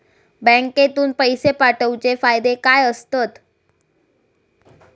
बँकेतून पैशे पाठवूचे फायदे काय असतत?